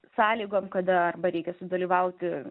sąlygom kada arba reikia sudalyvauti